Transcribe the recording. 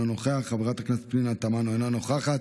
אינו נוכח,